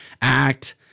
act